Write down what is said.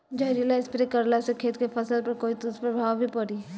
जहरीला स्प्रे करला से खेत के फसल पर कोई दुष्प्रभाव भी पड़ी?